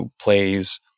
plays